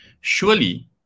Surely